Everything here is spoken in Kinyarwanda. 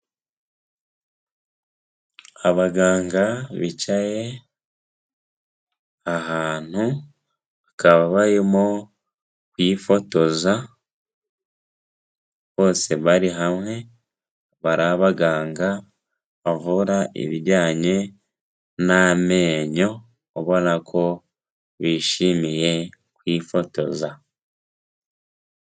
Abaganga bicaye ahantu, bakaba barimo kwifotoza, bose bari hamwe, akaba ari abaganga bavura ibijyanye n'amenyo, ubona ko bishimiye kwifotoza.